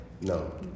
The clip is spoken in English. No